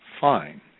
fine